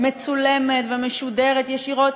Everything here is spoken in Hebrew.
מצולמת ומשודרת ישירות,